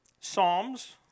Psalms